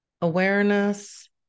awareness